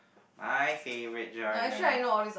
my favourite genre